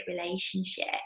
relationship